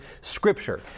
Scripture